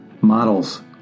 models